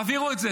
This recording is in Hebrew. תעבירו את זה,